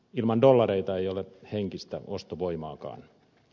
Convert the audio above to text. ilman dollareita ei ole henkistä ostovoimaakaan